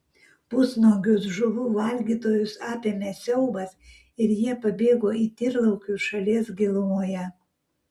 pusnuogius žuvų valgytojus apėmė siaubas ir jie pabėgo į tyrlaukius šalies gilumoje